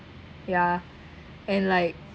ya and like